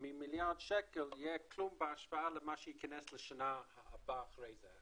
ממיליארד שקל יהיה כלום בהשוואה למה שייכנס בשנה שאחרי זה.